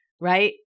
Right